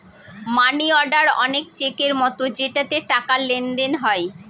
মানি order অনেক চেকের মতো যেটাতে টাকার লেনদেন হয়